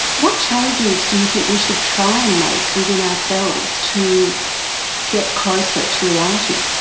what changes do you think we should try and make within ourselves to get closer to reality?